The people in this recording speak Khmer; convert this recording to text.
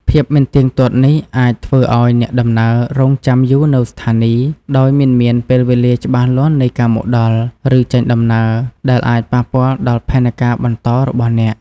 ភាពមិនទៀងទាត់នេះអាចធ្វើឱ្យអ្នកដំណើរ រង់ចាំយូរនៅស្ថានីយ៍ ដោយមិនមានពេលវេលាច្បាស់លាស់នៃការមកដល់ ឬចេញដំណើរ ដែលអាចប៉ះពាល់ដល់ផែនការបន្តរបស់អ្នក។